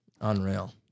Unreal